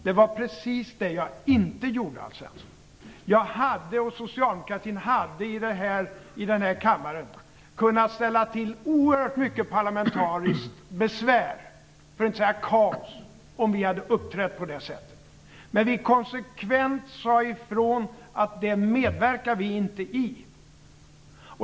Det var precis det jag inte gjorde, Alf Svensson. Jag hade i den här kammaren kunnat ställa till oerhört mycket parlamentariskt besvär, för att inte säga kaos, om vi hade uppträtt på det sättet. Men vi sade konsekvent ifrån att det medverkar vi inte i.